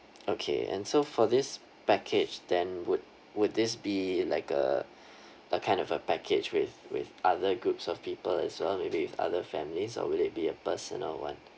okay and so for this package then would would this be like a a kind of a package with with other groups of people as well maybe with other families or will it be a personal one